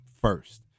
first